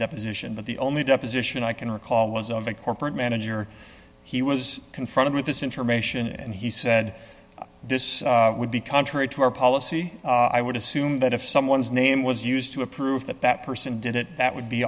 deposition but the only deposition i can recall was of a corporate manager he was confronted with this information and he said this would be contrary to our policy i would assume that if someone's name was used to approve that that person did it that would be